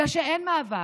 אלא שאין מאבק.